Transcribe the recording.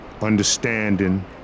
Understanding